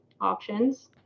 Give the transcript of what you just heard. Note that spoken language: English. options